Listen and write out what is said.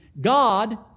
God